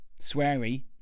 sweary